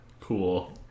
cool